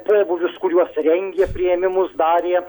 pobūvius kuriuos rengė priėmimus darė